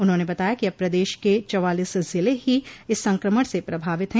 उन्होंने बताया कि अब प्रदेश के चवालीस जिले ही इस संक्रमण से प्रभावित है